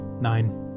Nine